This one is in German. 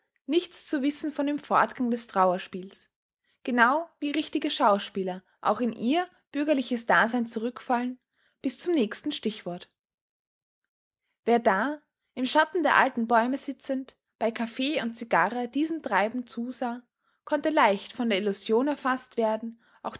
nichts zu wissen von dem fortgang des trauerspiels genau wie richtige schauspieler auch in ihr bürgerliches dasein zurückfallen bis zum nächsten stichwort wer da im schatten der alten bäume sitzend bei kaffee und cigarre diesem treiben zusah konnte leicht von der illusion erfaßt werden auch